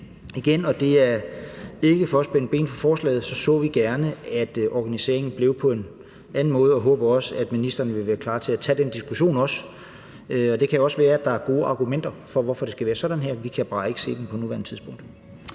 igen – og det er ikke for at spænde ben for forslaget – vil jeg sige, at vi gerne så, at organisationen blev på en anden måde. Og jeg håber også, at ministeren vil være klar til at tage den diskussion. Det kan også være, at der er gode argumenter for, hvorfor det skal være sådan her. Vi kan bare ikke se dem på nuværende tidspunkt.